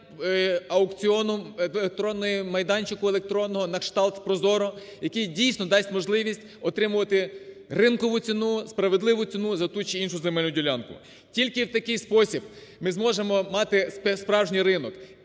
майданчику електронного на кшталт ProZorro, який дійсно дасть можливість отримувати ринкову ціну, справедливу ціну за ту чи іншу земельну ділянку. Тільки в такий спосіб ми зможемо мати справжній ринок.